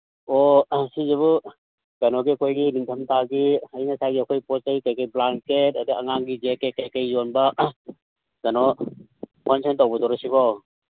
ꯑꯣ ꯑꯁꯤꯁꯤꯕꯨ ꯀꯩꯅꯣꯒꯤ ꯑꯩꯈꯣꯏꯒꯤ ꯅꯤꯡꯗꯝꯗꯥꯒꯤ ꯑꯌꯤꯡ ꯑꯁꯥꯒꯤ ꯑꯩꯈꯣꯏ ꯄꯣꯠ ꯆꯩ ꯀꯩꯀꯩ ꯑꯩꯈꯣꯏ ꯕ꯭ꯂꯥꯡꯀꯦꯠ ꯑꯗꯒꯤ ꯑꯉꯥꯡꯒꯤ ꯖꯦꯀꯦꯠ ꯀꯩꯀꯩ ꯌꯣꯟꯕ ꯀꯩꯅꯣ ꯍꯣꯜꯁꯦꯜ ꯇꯧꯕꯗꯨꯔꯣ ꯁꯤꯕꯣ